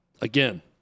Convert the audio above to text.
again